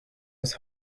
was